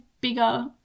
bigger